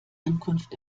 ankunft